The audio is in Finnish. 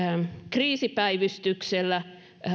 kriisipäivystyksellä